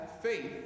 faith